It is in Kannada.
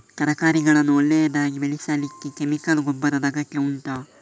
ತರಕಾರಿಗಳನ್ನು ಒಳ್ಳೆಯದಾಗಿ ಬೆಳೆಸಲಿಕ್ಕೆ ಕೆಮಿಕಲ್ ಗೊಬ್ಬರದ ಅಗತ್ಯ ಉಂಟಾ